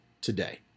today